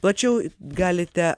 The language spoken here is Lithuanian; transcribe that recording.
plačiau galite